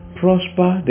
prosper